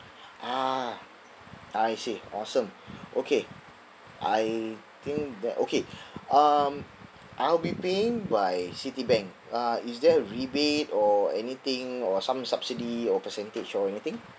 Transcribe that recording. ah I see awesome okay I think that okay um I'll be paying by citibank uh is there a rebate or anything or some subsidy or percentage or anything